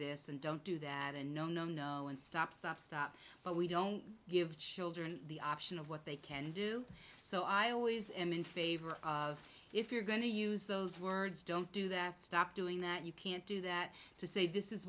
this and don't do that and stop stop stop but we don't give children the option of what they can do so i always am in favor of if you're going to use those words don't do that stop doing that you can't do that to say this is